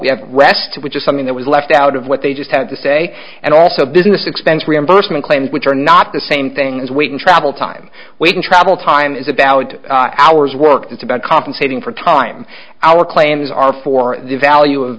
the rest which is something that was left out of what they just had to say and also business expense reimbursement claims which are not the same thing as weight and travel time we can travel time is about hours work it's about compensating for time our claims are for the value of